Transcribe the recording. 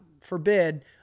forbid